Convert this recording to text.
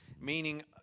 meaning